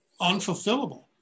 unfulfillable